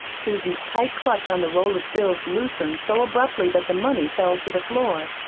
susan's tight clutch on the roll of bills loosened so abruptly that the money fell to the floor.